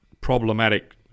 problematic